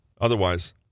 Otherwise